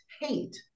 hate